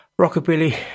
Rockabilly